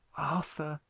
arthur,